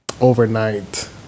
overnight